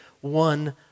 one